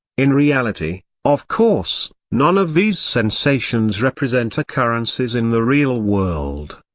in reality, of course, none of these sensations represent occurrences in the real world.